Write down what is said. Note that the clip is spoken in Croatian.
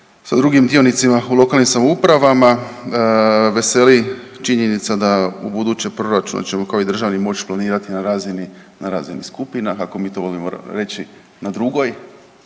sa drugim dionicima u lokalnim samoupravama veseli činjenica da u buduće proračune kao i državni moć planirati na razini, na razini skupina kako mi to volimo reći na drugoj